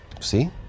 See